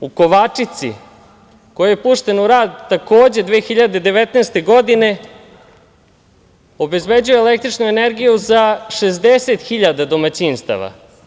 Vetropark u Kovačici koji je pušten u rad takođe 2019. godine, obezbeđuje električnu energiju za 60.000 domaćinstava.